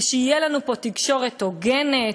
ושתהיה לנו פה תקשורת הוגנת,